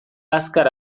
azkar